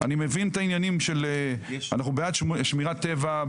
אני מבין את העניינים של אנחנו בעד שמירת הטבע,